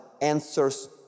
answers